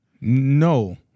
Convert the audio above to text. No